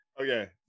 Okay